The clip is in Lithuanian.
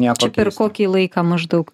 per kokį laiką maždaug